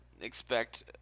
expect